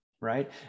right